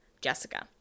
Jessica